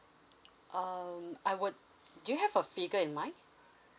um I would do you have a figure in mind